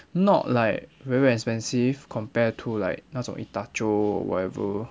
not like very expensive compare to like 那种 itacho whatever